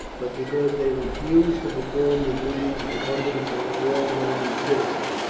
but because they refuse to perform the duties incumbent upon all roman citizens.